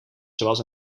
zoals